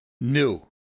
new